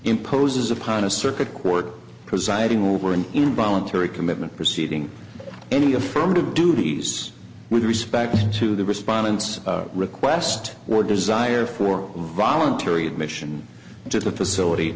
imposes upon a circuit court presiding over an involuntary commitment proceeding any affirmative duties with respect to the respondents request or desire for voluntary admission to the facility